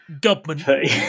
Government